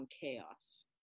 chaos